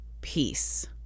peace